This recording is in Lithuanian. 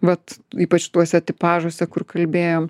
vat ypač tuose tipažuose kur kalbėjom